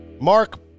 Mark